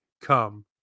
come